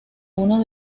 uno